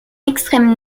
extrême